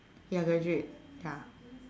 ya graduate ya